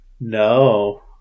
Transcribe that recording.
No